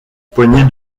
poignée